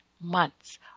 months